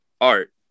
art